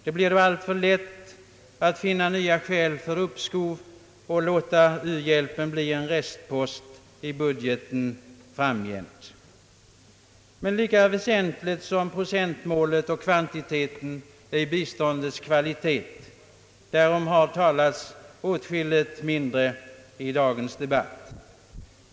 Det blir eljest alltför lätt att finna nya skäl för uppskov och att låta u-hjälpen bli en restpost i budgeten framgent. Lika väsentligt som procentmålet och kvantiteten är emellertid biståndets kvalitet. Därom har talats mindre i dagens debatt.